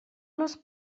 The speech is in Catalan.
los